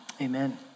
amen